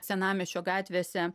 senamiesčio gatvėse